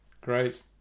great